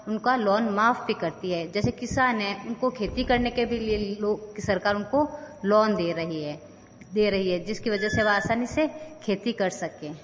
उनका लोन माफ़ भी करती है जैसे किसान है उनको खेती करने के भी लिए लो सरकार उनको लोन दे रही है दे रही है जिस की वजह से वह आसानी से खेती कर सकें